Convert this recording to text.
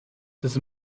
does